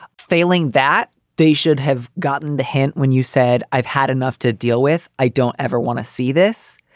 failing that, they should have gotten the hint when you said i've had enough to deal with. i don't ever want to see this.